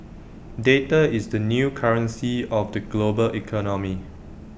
data is the new currency of the global economy